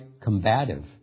combative